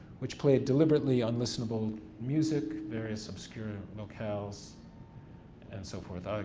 which played deliberately unlistenable music. various obscure locales and so forth.